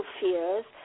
fears